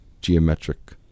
geometric